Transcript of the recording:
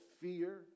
fear